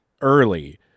early